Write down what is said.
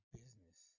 business